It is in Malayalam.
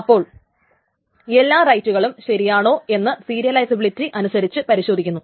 അപ്പോൾ എല്ലാ റൈറ്റുകളും ശരിയാണോ എന്ന് സീരിയലൈസിബിളിറ്റി അനുസരിച്ച് പരിശോധിക്കുന്നു